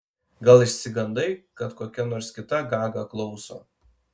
gal išsigandai kad kokia nors kita gaga klauso